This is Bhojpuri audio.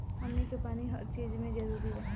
हमनी के पानी हर चिज मे जरूरी बा